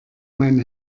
mein